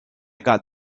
got